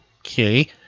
Okay